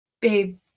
Babe